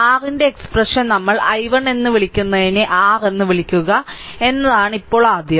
R ന്റെ എക്സ്പ്രഷനെ നമ്മൾ i1 എന്ന് വിളിക്കുന്നതിനെ r എന്ന് വിളിക്കുക എന്നതാണ് ഇപ്പോൾ ആദ്യം